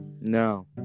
No